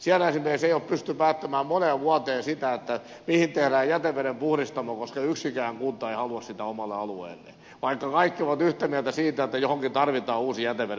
siellä esimerkiksi ei ole pystytty päättämään moneen vuoteen mihin tehdään jätevedenpuhdistamo koska yksikään kunta ei halua sitä omalle alueelleen vaikka kaikki ovat yhtä mieltä siitä että johonkin uusi jätevedenpuhdistamo tarvitaan